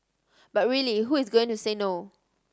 but really who is going to say no